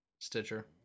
Stitcher